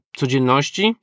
codzienności